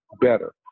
better